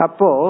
Apo